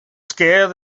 scared